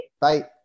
bye